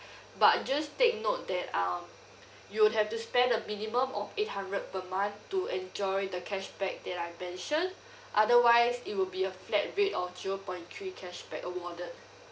but just take note that um you'd have to spend a minimum of eight hundred per month to enjoy the cashback that I've mentioned otherwise it will be a flat rate of zero point three cashback awarded